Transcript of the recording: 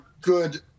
good